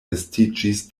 estiĝis